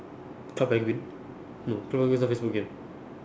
club penguin no club penguin is not facebook game